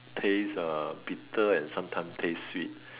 taste uh bitter and sometimes taste sweet